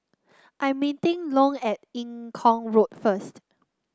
I'm meeting Long at Eng Kong Road first